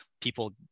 people